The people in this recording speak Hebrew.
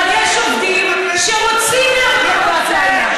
אבל יש עובדים שרוצים לעבוד בעבודת לילה.